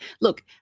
look